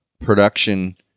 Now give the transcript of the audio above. production